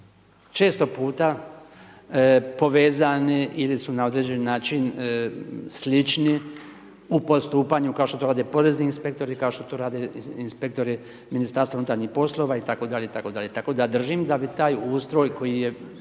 često puta povezani ili su na određeni način slični u postupanju, kao što to rade Porezni inspektori, kao što to rade inspektori Ministarstva unutarnjih poslova itd., tako da držim da bi taj ustroj koji je